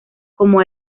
como